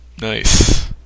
Nice